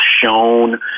shown